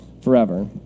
forever